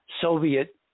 Soviet